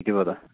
ഇരുപത്